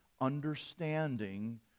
understanding